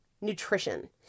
nutrition